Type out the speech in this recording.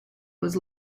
was